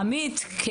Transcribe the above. עמית, עמית.